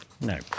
no